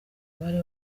abari